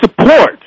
support